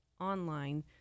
online